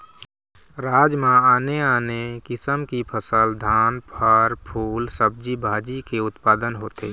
राज म आने आने किसम की फसल, धान, फर, फूल, सब्जी भाजी के उत्पादन होथे